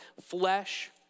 flesh